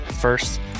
First